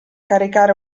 caricare